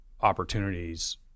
opportunities